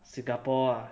singapore ah